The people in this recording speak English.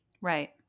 Right